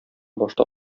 башта